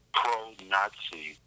pro-Nazi